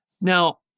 Now